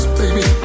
baby